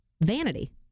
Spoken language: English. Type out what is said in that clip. vanity